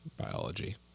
biology